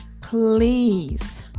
please